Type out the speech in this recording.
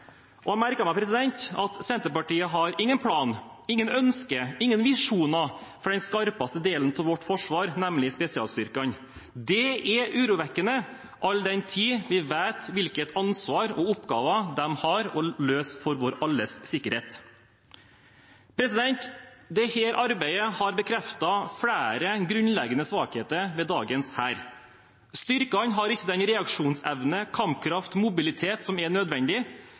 Jeg har merket meg at Senterpartiet har ingen plan, intet ønske, ingen visjoner for den skarpeste delen av vårt forsvar, nemlig spesialstyrkene. Det er urovekkende, all den tid vi vet hvilket ansvar de har – og hvilke oppgaver de har å løse – for vår alles sikkerhet. Dette arbeidet har bekreftet flere grunnleggende svakheter ved dagens hær. Styrkene har ikke den reaksjonsevne, kampkraft og mobilitet som er nødvendig.